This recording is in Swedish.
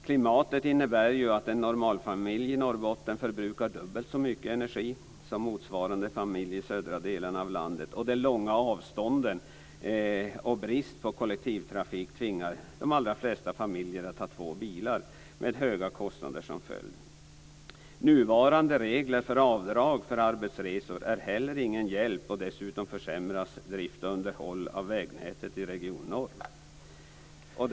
Klimatet innebär ju att en normalfamilj i Norrbotten förbrukar dubbelt så mycket energi som motsvarande familj i de södra delarna av landet. Och de långa avstånden och bristen på kollektivtrafik tvingar de allra flesta familjer att ha två bilar med höga kostnader som följd. Nuvarande regler för avdrag för arbetsresor är heller ingen hjälp. Dessutom försämras driften och underhållet av vägnätet i Region Norr.